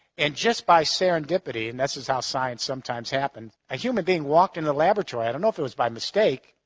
and just by serendipity, and that's just how science sometimes happens, a human being walked in the laboratory, i don't know if it was by mistake,